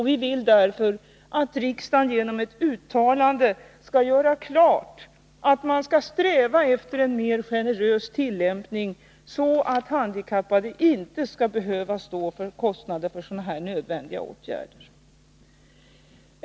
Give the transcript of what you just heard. Vi vill därför att riksdagen genom ett uttalande skall göra klart att man skall sträva efter en mer generös tillämpning, så att handikappade inte skall behöva stå för kostnader för sådana här nödvändiga åtgärder.